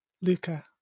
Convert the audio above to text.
Luca